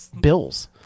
bills